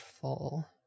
full